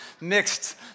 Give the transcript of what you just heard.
Mixed